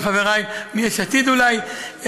עם חבריי מיש עתיד אולי,